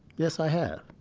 yes, i have